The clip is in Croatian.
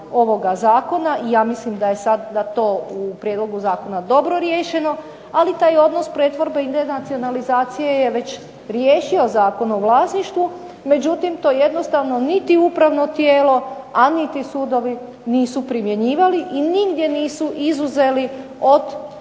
ovoga zakona. Ja mislim da je to sada u prijedlogu zakona dobro riješeno. Ali taj odnos pretvorbe i denacionalizacije je već riješio Zakon o vlasništvu. Međutim, to jednostavno niti upravno tijelo, a niti sudovi nisu primjenjivali i nigdje nisu izuzeli od